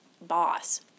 boss